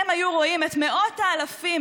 והיו רואים את מאות האלפים,